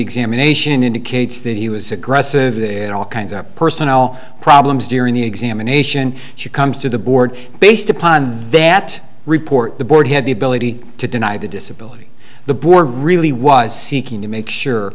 examination indicates that he was aggressive in all kinds of personnel problems during the examination she comes to the board based upon that report the board had the ability to deny the disability the border really was seeking to make sure